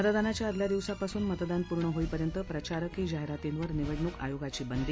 मतदानाच्या आदल्या दिवसापासून मतदान पूर्ण होईपर्यंत प्रचारकी जाहिरातींवर निवडणूक आयोगाची बंदी